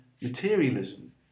materialism